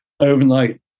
Overnight